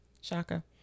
Shaka